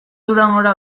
durangora